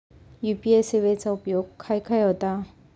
UPI सेवेचा उपयोग खाय खाय होता?